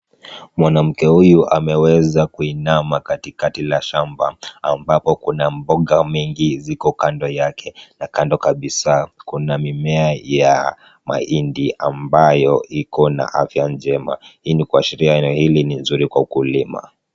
Mwanamke huyu ameweza kuinama katikati la shamba, ambapo kuna mboga mingi ziko kando yake, na kando kabisa kuna mimea ya mahindi ambayo iko na afya njema. Hii ni kuashiria eneo hili ni nzuri kwa ukulima.